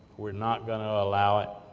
we're not gonna allow it,